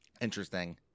interesting